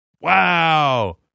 wow